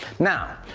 now,